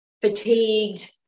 fatigued